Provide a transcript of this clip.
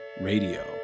Radio